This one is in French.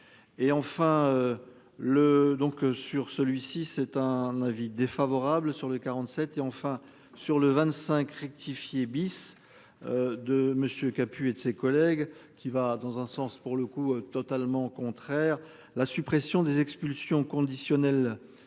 Le donc sur celui-ci, c'est un avis défavorable sur les 47, et enfin sur le 25 rectifié bis. De monsieur kaput et de ses collègues qui va dans un sens pour le coup, totalement contraire la suppression des expulsions conditionnel